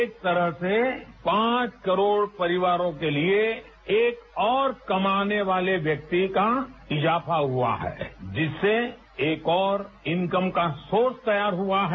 एक तरह से पांच करोड़ परिवारों के लिए एक और कमाने वाले व्यक्ति का इजाफा हुआ है जिससे एक और इनकम का सोर्स तैयार हुआ है